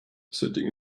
sitting